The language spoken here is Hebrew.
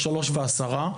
ב-15:10.